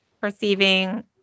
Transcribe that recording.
perceiving